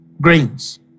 grains